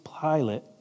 Pilate